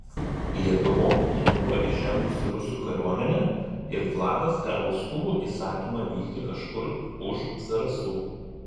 lietuvon jau buvo įžengusi rusų kariuomenė ir vladas gavo skubų įsakymą vykti kažkur už zarasų